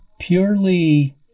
purely